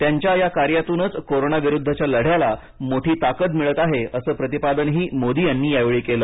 त्यांच्या या कार्यातूनच कोरोना विरुद्धच्या लढ्याला मोठी ताकद मिळते आहे असं प्रतिपादनही मोदी यांनी यावेळी केल